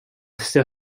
still